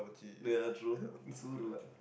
ya true